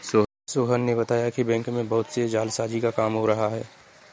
सोहन ने बताया कि बैंक में बहुत से जालसाजी का काम हो रहा है